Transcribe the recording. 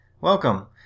Welcome